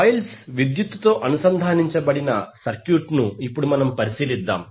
coils విద్యుత్తుతో అనుసంధానించబడిన circuit ను ఇప్పుడు పరిశీలిద్దాం